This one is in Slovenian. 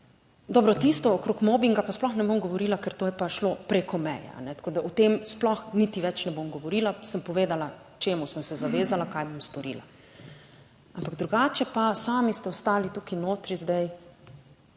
Dobro, tisto okrog mobinga pa sploh ne bom govorila, ker to je pa šlo preko meje, tako da o tem sploh niti več ne bom govorila. Sem povedala, čemu sem se zavezala, kaj bom storila. Ampak drugače pa, sami ste ostali tukaj notri, zdaj,